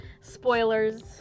spoilers